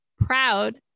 Proud